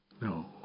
No